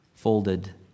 folded